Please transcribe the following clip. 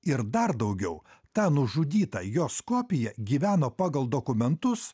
ir dar daugiau ta nužudyta jos kopija gyveno pagal dokumentus